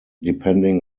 depending